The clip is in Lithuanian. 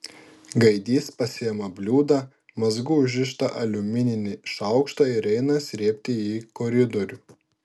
gaidys pasiima bliūdą mazgu užrištą aliumininį šaukštą ir eina srėbti į koridorių